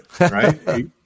right